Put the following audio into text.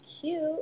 Cute